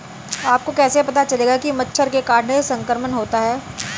आपको कैसे पता चलेगा कि मच्छर के काटने से संक्रमण होता है?